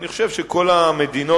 אני חושב שכל המדינות,